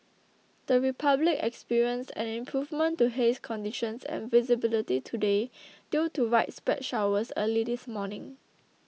the Republic experienced an improvement to haze conditions and visibility today due to widespread showers early this morning